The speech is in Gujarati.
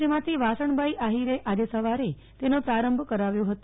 રાજ્યમાંથી વાસણભાઈ આહિરે આજે સવારે તેનો પ્રારંભ કરાવ્યો હતો